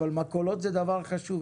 אבל מכולות זה דבר חשוב,